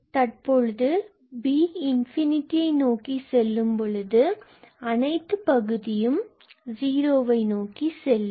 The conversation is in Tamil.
எனவே தற்போது 𝐵→∞ நோக்கி செல்லும் போது அனைத்து பகுதியும் 0 வை நோக்கி செல்லும்